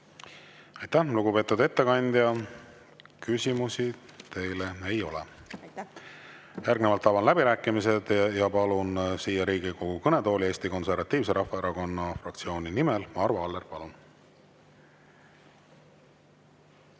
Aitäh, lugupeetud ettekandja! Küsimusi teile ei ole. Järgnevalt avan läbirääkimised. Palun Riigikogu kõnetooli Eesti Konservatiivse Rahvaerakonna fraktsiooni nimel Arvo Alleri. Palun!